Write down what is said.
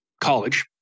college